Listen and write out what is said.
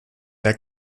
der